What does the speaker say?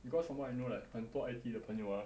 because from what I know like 很多 I_T_E 的朋友 ah